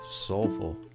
soulful